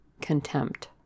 contempt